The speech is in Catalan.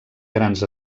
grans